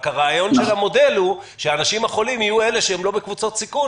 הרעיון של המודל הוא שהאנשים החולים יהיו אלה שהם לא בקבוצות סיכון